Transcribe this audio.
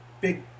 big